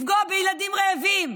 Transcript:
לפגוע בילדים רעבים,